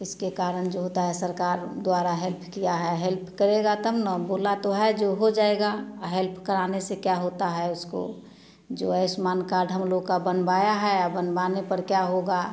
उसके कारण जो होता है सरकार द्वारा हेल्प किया है हेल्प करेगा तब ना बोला तो है जो हो जाएगा हेल्प कराने से क्या होता है उसको जो आयुष्मान कार्ड हम लोग का बनवाया है बनवाने पर क्या होगा